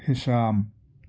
ہشام